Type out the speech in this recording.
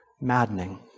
maddening